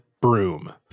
broom